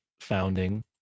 founding